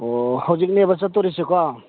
ꯑꯣ ꯍꯧꯖꯤꯛꯅꯦꯕ ꯆꯠꯇꯧꯔꯤꯁꯦꯀꯣ